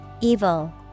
Evil